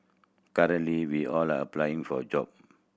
currently we all are applying for a job